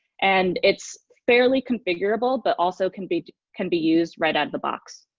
and it's fairly configurable, but also can be can be used right out the box.